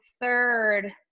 third